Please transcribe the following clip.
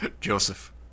Joseph